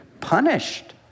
punished